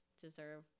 deserve